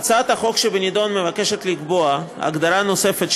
בהצעת החוק שבנדון מוצע לקבוע הגדרה נוספת,